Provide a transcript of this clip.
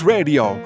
Radio